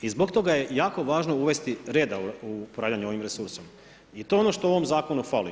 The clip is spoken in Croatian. I zbog toga je jako važno uvesti reda u upravljanje ovim resursima i to je ono što ovom zakonu fali.